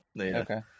Okay